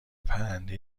پرنده